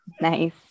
Nice